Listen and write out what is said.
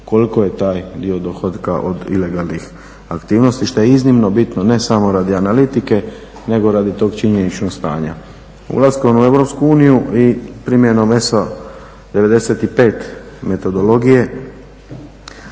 koliko je taj dio dohotka od ilegalnih aktivnosti što je iznimno bitno, ne samo radi analitike, nego radi tog činjeničnog stanja. Ulaskom u EU i primjenom ESO-a 95 metodologije